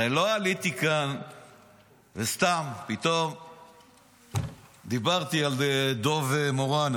הרי לא עליתי כאן וסתם פתאום דיברתי על דב מורן,